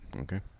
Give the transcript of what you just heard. Okay